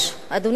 אדוני השר,